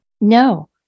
No